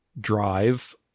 drive